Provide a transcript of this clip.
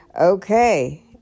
Okay